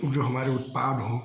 जो हमारे उत्पाद हों